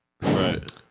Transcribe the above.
Right